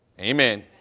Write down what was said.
Amen